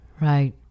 Right